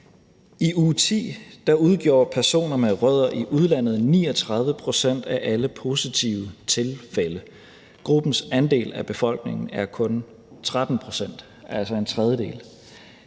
I uge 10 udgjorde personer med rødder i udlandet 39 pct. af alle positive tilfælde. Gruppens andel af befolkningen er kun 13 pct. Der er altså tale om en tredjedel